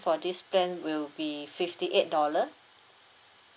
for this plan will be fifty eight dollar